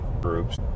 groups